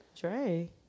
Dre